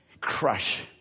Crush